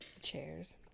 chairs